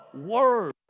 word